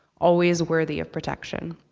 always worthy of protection.